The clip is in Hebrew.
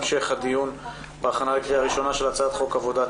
זה המשך הדיון בהכנה קריאה ראשונה של הצעת חוק עבודת